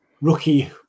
rookie